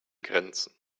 grenzen